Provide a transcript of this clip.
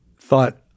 thought